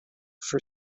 for